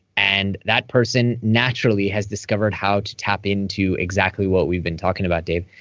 and that person naturally has discovered how to tap into exactly what we've been talking about, dave.